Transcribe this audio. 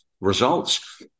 results